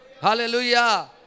Hallelujah